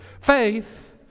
Faith